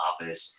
office